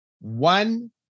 One